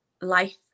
life